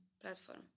platform